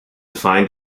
find